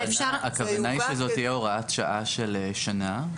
הכוונה היא שזו תהיה הוראת שעה של שנה.